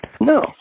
No